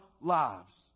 lives